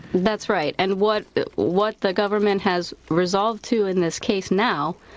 that's right. and what what the government has resolved to in this case now,